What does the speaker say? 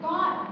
God